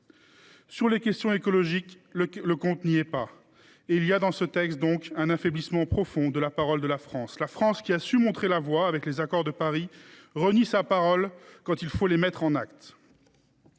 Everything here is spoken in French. Sur les questions écologiques, le compte n’y est pas. Il y a dans ce texte un affaiblissement profond de la parole de notre pays. La France, qui a su montrer la voie avec les accords de Paris, renie sa parole quand il faut la mettre en actes.